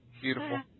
beautiful